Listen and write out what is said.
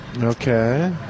Okay